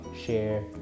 share